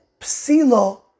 Psilo